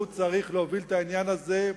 והוא צריך להוביל את העניין הזה,